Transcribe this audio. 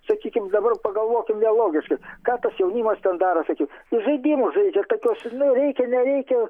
sakykim dabar pagalvokim vėl logiškai ką tas jaunimas ten daro sakyt žaidimus žaidžia tokius nu reikia nereikia